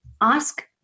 ask